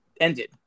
ended